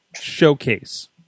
showcase